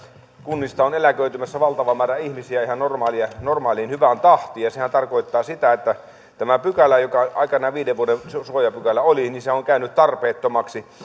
kunnista on eläköitymässä valtava määrä ihmisiä ihan normaaliin hyvään tahtiin ja sehän tarkoittaa sitä että tämä pykälä joka aikoinaan viiden vuoden suojapykälä oli on käynyt tarpeettomaksi